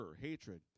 hatred